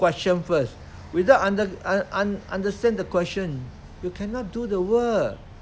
question first without under~ under~ understand the question you cannot do the work